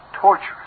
torturous